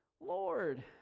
Lord